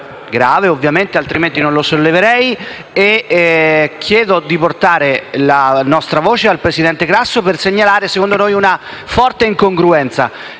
grave (altrimenti non lo solleverei). Chiedo di portare la nostra voce al presidente Grasso, per segnalare una, secondo noi, forte incongruenza.